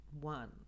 one